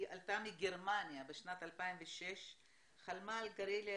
עלתה מגרמניה בשנת 2006. חלמה על גלריה